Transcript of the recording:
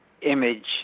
image